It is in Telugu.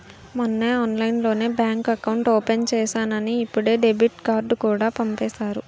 మొన్నే ఆన్లైన్లోనే బాంక్ ఎకౌట్ ఓపెన్ చేసేసానని ఇప్పుడే డెబిట్ కార్డుకూడా పంపేసారు